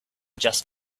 just